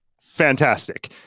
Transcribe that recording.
fantastic